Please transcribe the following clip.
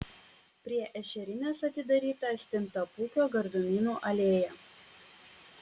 prie ešerinės atidaryta stintapūkio gardumynų alėja